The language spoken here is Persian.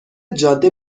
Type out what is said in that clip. جاده